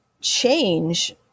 change